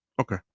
Okay